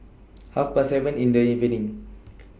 Half Past seven in The evening